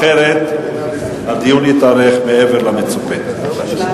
אחרת הדיון יתארך מעבר למצופה.